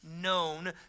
known